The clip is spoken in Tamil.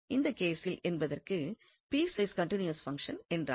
இந்த கேசில் பீஸ்வைஸ் கன்டினியூவஸ் பங்ஷன் என்றாகும்